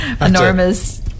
enormous